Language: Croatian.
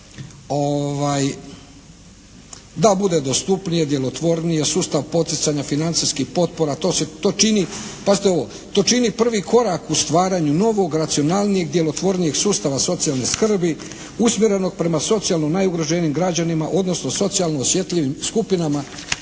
da bude dostupnije, djelotvornije, sustav poticanja financijskih potpora. To čini, pazite ovo, to čini prvi korak u stvaranju novog i racionalnijeg, djelotvornijeg sustava socijalne skrbi usmjerenog prema socijalno najugroženijim građanima odnosno socijalno osjetljivim skupinama